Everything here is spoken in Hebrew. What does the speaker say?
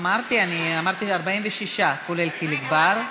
אמרתי, אני אמרתי: 46, כולל חיליק בר.